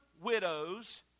widows